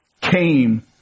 came